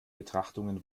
betrachtungen